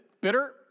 bitter